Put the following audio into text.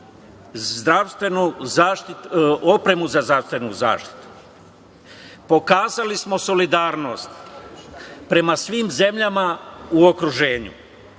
zdravstvenu zaštitu. Pokazali smo solidarnost prema svim zemljama u okruženju,